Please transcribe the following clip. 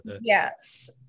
Yes